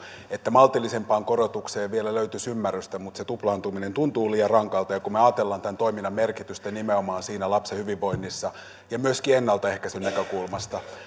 maltillisempaan korotukseen vielä löytyisi ymmärrystä mutta se tuplaantuminen tuntuu liian rankalta kun me ajattelemme tämän toiminnan merkitystä nimenomaan siinä lapsen hyvinvoinnissa ja myöskin ennaltaehkäisyn näkökulmasta